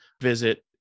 visit